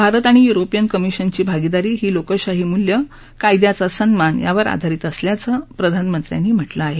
भारत आणि युरोपियन कमिशनची भागीदारी ही लोकशाही मूल्य कायद्याचा सन्मान यावर आधारित असल्याचंही प्रधानमंत्र्यांनी म्हटलं आहे